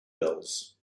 bills